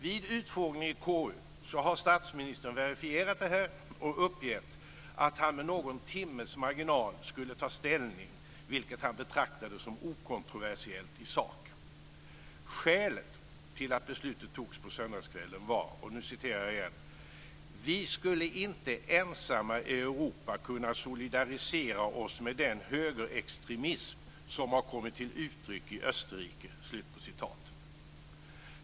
Vid utfrågning i KU har statsministern verifierat detta och uppgett att han med någon timmes marginal skulle ta ställning, vilket han betraktade som okontroversiellt i sak. Skälet till att beslutet fattades på söndagskvällen var: "Vi skulle inte ensamma i Europa kunna solidarisera oss med den högerextremism som har kommit till uttryck i Österrike."